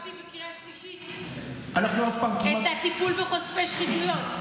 אני העברתי בקריאה שלישית את הטיפול בחושפי שחיתויות.